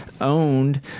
owned